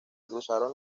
cruzaron